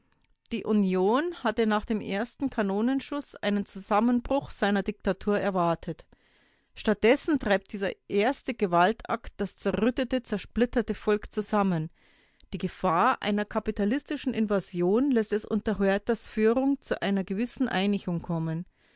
die union hatte nach dem ersten kanonenschuß einen zusammenbruch seiner diktatur erwartet statt dessen treibt dieser erste gewaltakt das zerrüttete zersplitterte volk zusammen die gefahr einer kapitalistischen invasion läßt es unter huertas führung zu einer gewissen einigung kommen